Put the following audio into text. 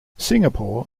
singapore